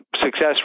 success